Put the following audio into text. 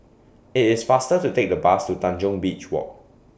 IT IS faster to Take The Bus to Tanjong Beach Walk